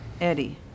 Eddie